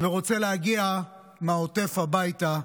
ורוצה להגיע מהעוטף הביתה.